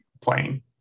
playing